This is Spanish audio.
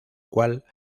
cual